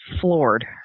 Floored